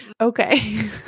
Okay